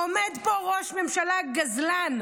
עומד פה ראש ממשלה גזלן,